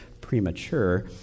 premature